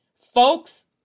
folks